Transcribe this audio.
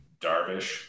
darvish